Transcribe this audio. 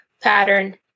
pattern